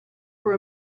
for